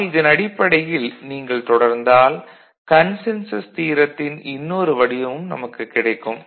ஆக இதன் அடிப்படையில் நீங்கள் தொடர்ந்தால் கன்சென்சஸ் தியரத்தின் இன்னொரு வடிவமும் நமக்குக் கிடைக்கும்